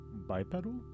bipedal